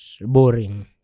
boring